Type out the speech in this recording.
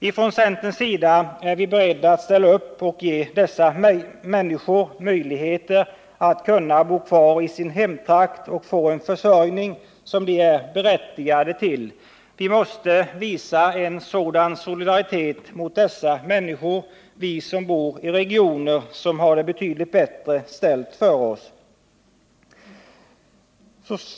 Ifrån centerns sida är vi beredda att ställa upp och ge dessa människor möjligheter att bo kvar i sin hemtrakt och få en försörjning som de är berättigade till. Vi måste visa en sådan solidaritet mot dessa människor, vi som bor i regioner som har det betydligt bättre ställt.